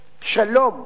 באיזו עיר